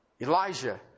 Elijah